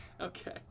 Okay